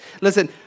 Listen